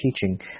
teaching